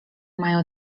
mają